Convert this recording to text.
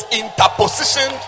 interposition